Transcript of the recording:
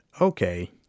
okay